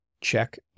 check